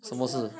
什么事